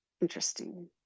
interesting